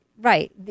right